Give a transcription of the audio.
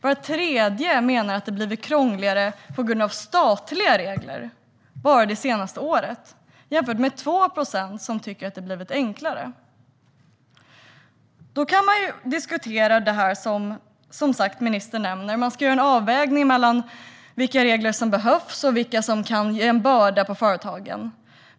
Var tredje menar att bara det senaste året har det blivit krångligare på grund av statliga regler. 2 procent tycker att det har blivit enklare. Ministern nämner att man ska göra en avvägning mellan vilka regler som behövs och vilka som kan bli en börda för företagen.